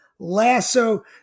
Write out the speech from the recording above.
Lasso